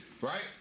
Right